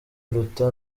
biruta